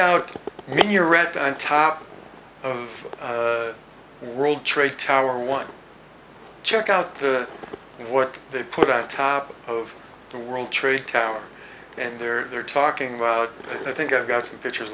what you read on top of the world trade tower one check out what they put on top of the world trade towers and there they're talking about i think i've got some pictures